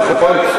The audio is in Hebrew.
נכון?